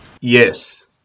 Yes